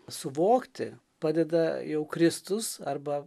suvokti padeda jau kristus arba